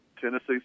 Tennessee